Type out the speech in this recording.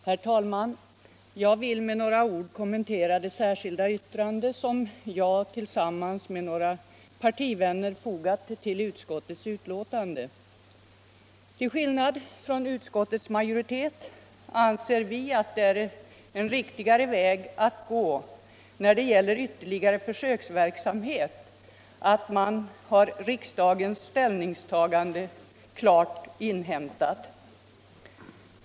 Herr talman! Jag vill med några ord kommentera det särskilda vttrande som jag tillsammans med några partivänner fogat till utskottets betänkande. Till skillnad från utskottets majoritet anser vi när det gäller ytterligare försöksverksamhet, att det är en riktigare väg att riksdagens ställningstagande först klart inhämtats.